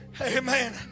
Amen